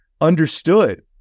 understood